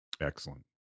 Excellent